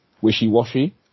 wishy-washy